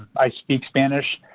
i speak spanish.